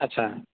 ଆଚ୍ଛା